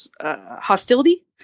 hostility